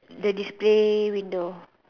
the display window